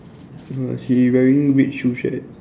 don't know ah she wearing red shoes right